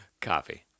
Coffee